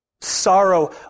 sorrow